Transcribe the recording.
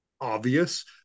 obvious